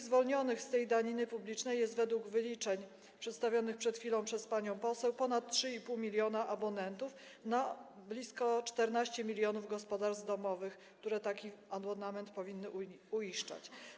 Zwolnionych z tej daniny publicznej jest według wyliczeń przedstawionych przed chwilą przez panią poseł ponad 3,5 mln abonentów, natomiast blisko 14 mln gospodarstw domowych taki abonament powinno uiszczać.